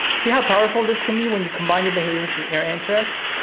see how powerful this can be when you combine your behaviors with your interests?